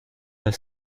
the